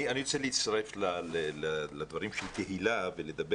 אני רוצה להצטרף לדברים של תהלה ולדבר